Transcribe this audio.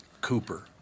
Cooper